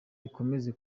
ikomeze